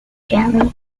gently